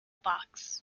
box